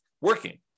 working